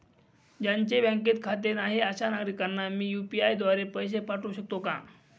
ज्यांचे बँकेत खाते नाही अशा नागरीकांना मी यू.पी.आय द्वारे पैसे पाठवू शकतो का?